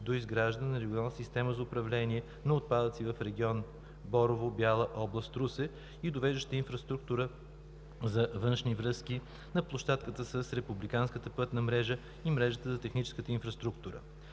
„Доизграждане на регионална система за управление на отпадъците в регион Борово (Бяла, област Русе)“ и довеждаща инфраструктура за външни връзки на площадката с републиканската пътна мрежа и мрежите на техническата инфраструктура.